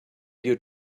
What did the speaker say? your